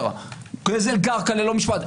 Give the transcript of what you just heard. גזל קרקע ללא משפט.